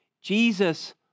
Jesus